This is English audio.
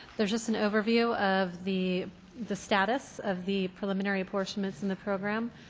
there's just an overview of the the status of the preliminary apportionments in the program.